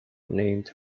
named